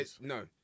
No